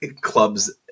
clubs